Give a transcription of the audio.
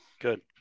Good